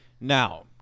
Now